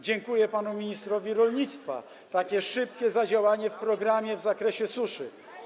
Dziękuję panu ministrowi rolnictwa, za takie szybkie zadziałanie z programem w zakresie suszy.